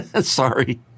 Sorry